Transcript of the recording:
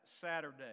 Saturday